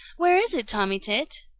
where is it, tommy tit?